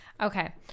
Okay